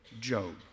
Job